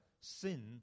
sin